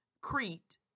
crete